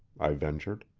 i ventured.